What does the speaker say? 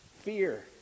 fear